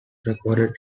recorded